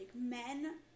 men